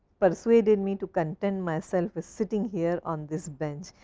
but persuaded me to content myself with sitting here on this bench.